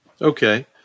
Okay